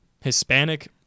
Hispanic